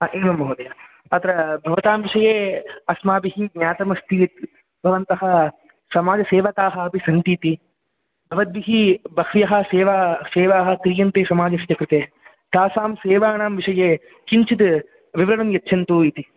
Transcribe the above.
एवं महोदय अत्र भवतां विषये अस्माभिः ज्ञातमस्ति यत् भवन्तः समाजसेवकाः अपि सन्ति इति भवद्भिः बह्य्वः सेवा सेवाः क्रियन्ते इति समाजस्य कृते तासां सेवानां विषये किञ्चित् विवरणं यच्छन्तु इति